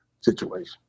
situation